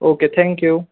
okay thank you